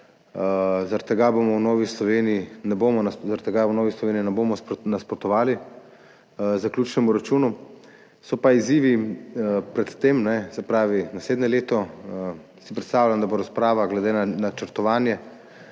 Zaradi tega v Novi Sloveniji ne bomo nasprotovali zaključnemu računu. So pa izzivi za naprej, se pravi, naslednje leto si predstavljam, da bo razprava glede na načrtovanje